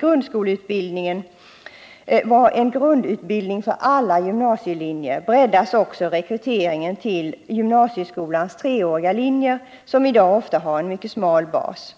grundskoleutbildningen vara en grundutbildning för alla gymnasielinjer breddas också rekryteringen till gymnasieskolans treåriga linjer, som i dag ofta har en mycket smal bas.